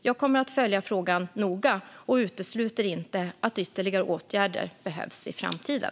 Jag kommer att följa frågan noga och utesluter inte att ytterligare åtgärder behövs i framtiden.